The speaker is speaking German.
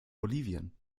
bolivien